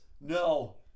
No